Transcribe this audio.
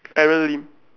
Aaron Lim